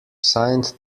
signed